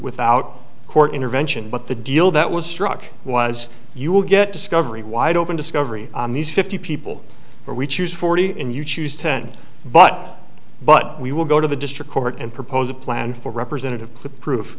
without court intervention but the deal that was struck was you will get discovery wide open discovery on these fifty people or we choose forty and you choose ten but but we will go to the district court and propose a plan for representative proof